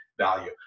value